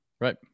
Right